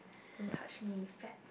don't touch me fat